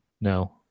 No